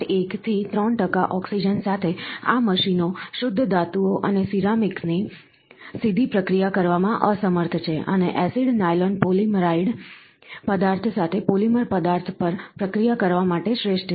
1 થી 3 ટકા ઓક્સિજન સાથે આ મશીનો શુદ્ધ ધાતુઓ અને સિરામિક્સની સીધી પ્રક્રિયા કરવામાં અસમર્થ છે અને એસિડ નાયલોન પોલિમાઇડ પદાર્થ સાથે પોલિમર પદાર્થ પર પ્રક્રિયા કરવા માટે શ્રેષ્ઠ છે